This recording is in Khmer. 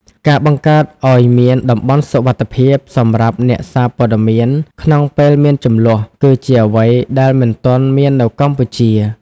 ការបង្កើតឱ្យមាន "តំបន់សុវត្ថិភាព" សម្រាប់អ្នកសារព័ត៌មានក្នុងពេលមានជម្លោះ គឺជាអ្វីដែលមិនទាន់មាននៅកម្ពុជា។